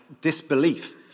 disbelief